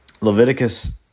Leviticus